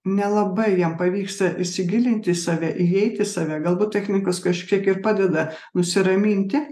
nelabai jam pavyksta įsigilinti į save įeit į save galbūt technikos kažkiek ir padeda nusiraminti